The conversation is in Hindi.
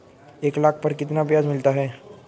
एक लाख पर कितना ब्याज मिलता है?